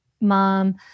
mom